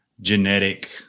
genetic